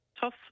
Tough